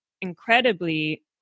incredibly